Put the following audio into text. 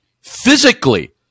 Physically